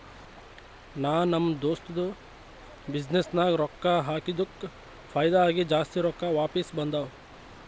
ನಾ ನಮ್ ದೋಸ್ತದು ಬಿಸಿನ್ನೆಸ್ ನಾಗ್ ರೊಕ್ಕಾ ಹಾಕಿದ್ದುಕ್ ಫೈದಾ ಆಗಿ ಜಾಸ್ತಿ ರೊಕ್ಕಾ ವಾಪಿಸ್ ಬಂದಾವ್